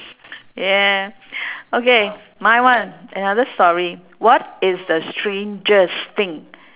yeah okay my one another story what is the strangest thing